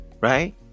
right